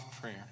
prayer